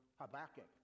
Habakkuk